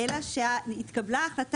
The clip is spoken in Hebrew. הקרן